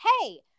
hey